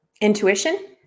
Intuition